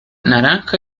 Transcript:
naranja